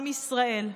עם ישראל.